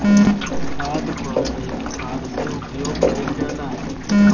खाद कअ कई प्रकार से उपयोग कइल जाला